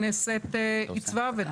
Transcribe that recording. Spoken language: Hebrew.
לתת הנחיות כלליות ולהתוות מדיניות עבור המשרד.